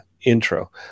intro